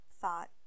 Thought